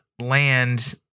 land